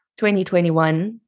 2021